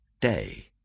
day